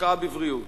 בהשקעה בבריאות.